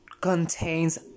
contains